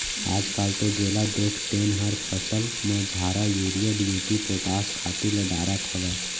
आजकाल तो जेला देख तेन हर फसल म झारा यूरिया, डी.ए.पी, पोटास खातू ल डारत हावय